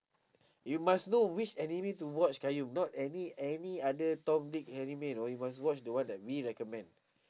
you must know which anime to watch qayyum not any any other tom dick anime right you must watch the one that we recommend